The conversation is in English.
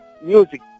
music